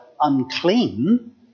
unclean